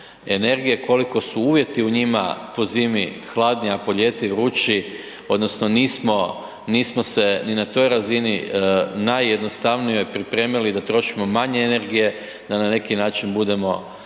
energije, koliko su uvjeti u njima po zimi hladni, a po ljeti vrući odnosno nismo, nismo se ni na toj razini najjednostavnijoj pripremili da trošimo manje energije, da na neki način budemo